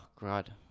God